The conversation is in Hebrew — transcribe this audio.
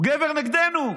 הוא גבר נגדנו.